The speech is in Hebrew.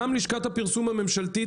גם לשכת הפרסום הממשלתית